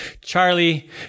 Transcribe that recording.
charlie